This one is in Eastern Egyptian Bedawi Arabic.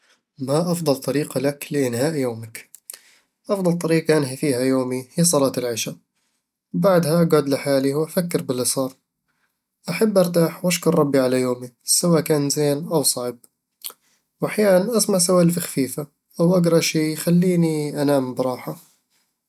ما أفضل طريقة لك لإنهاء يومك؟ أفضل طريقة أنهي فيها يومي هي صلاة العشا، وبعدها أقعد لحالي أفكر باللي صار أحب أرتاح وأشكر ربي على يومي، سواء كان زين أو صعب وأحيان أسمع سوالف خفيفة أو أقرأ شي يخليني أنام براحة